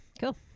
Cool